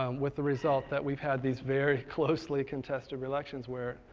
um with the result that we've had these very closely contested relections where,